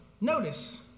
notice